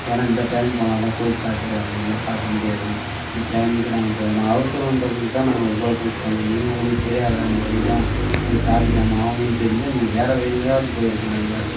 ஏன்னா இந்த டைம் போனால் தான் கோவில் சாத்திடுவாங்க இல்லைனா பார்க்க முடியாது இந்த டைமிங்குக்கு நாங்கள் போகணும் ஏன்னா அவசரம்ன்றதுக்கு தான் நாங்கள் உங்களை புக் பண்ணோம் நீங்கள் உங்களுக்கு தெரியாதா இந்த வழி தான் இது ட்ராஃபிக் ஜாம் ஆகுன்னு தெரிஞ்சால் நீங்கள் வேறு வழியிலேயாது போய்ருக்கலாம்ல